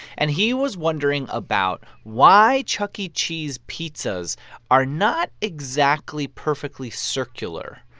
and he was wondering about why chuck e. cheese pizzas are not exactly perfectly circular.